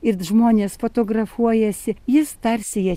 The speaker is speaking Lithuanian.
ir žmonės fotografuojasi jis tarsi jie